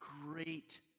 great